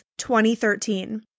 2013